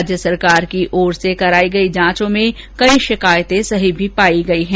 राज्य सरकार की ओर से करायी गई जांचों में कई शिकायतें सही भी पायी गयी हैं